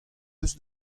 eus